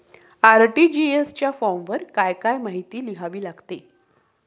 RTGS च्या फॉर्मवर काय काय माहिती लिहावी लागते?